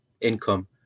income